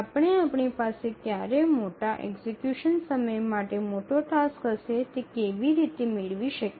આપણે આપણી પાસે ક્યારે મોટા એક્ઝિકયુશન સમય સાથે મોટો ટાસ્ક હશે તે કેવી રીતે મેળવી શકીએ